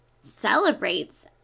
celebrates